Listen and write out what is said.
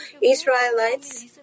Israelites